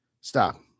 Stop